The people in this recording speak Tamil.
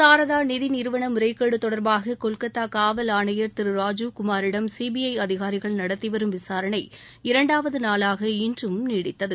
சாரதா நிதி நிறுவன முறைகேடு தொடர்பாக கொல்கத்தா காவல் ஆனையர் திரு ராஜிவ்குமாரிடம் சிபிஐ அதிகாரிகள் நடத்திவரும் விசாரனை இரண்டாவது நாளாக இன்றும் தொடர்ந்தது